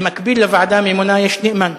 במקביל לוועדה הממונה יש נאמן,